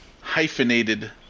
hyphenated